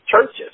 churches